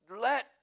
Let